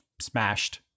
smashed